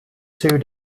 two